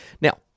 Now